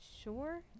sure